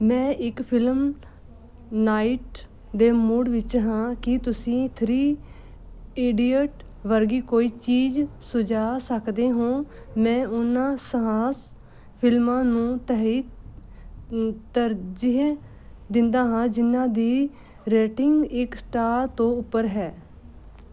ਮੈਂ ਇੱਕ film night ਦੇ ਮੂਡ ਵਿੱਚ ਹਾਂ ਕੀ ਤੁਸੀਂ ਥ੍ਰੀ ਇਡੀਅਟਸ ਵਰਗੀ ਕੋਈ ਚੀਜ਼ ਸੁਝਾ ਸਕਦੇ ਹੋ ਮੈਂ ਉਹਨਾਂ ਸਾਹਸ ਫਿਲਮਾਂ ਨੂੰ ਤਰਜੀਹ ਦਿੰਦਾ ਹਾਂ ਜਿਨ੍ਹਾਂ ਦੀ ਰੇਟਿੰਗ ਇੱਕ ਸਟਾਰ ਤੋਂ ਉੱਪਰ ਹੈ